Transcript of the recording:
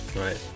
Right